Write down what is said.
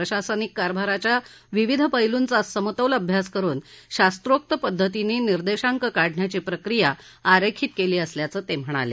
प्रशासनिक कारभाराच्या विविध पैलूंचा समतोल अभ्यास करुन शास्त्रोक्त पद्धतीने निर्देशांक काढण्याची प्रक्रिया आरेखित केली असल्याचं ते म्हणाले